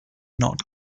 not